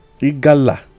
igala